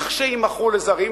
כשיימכרו לזרים,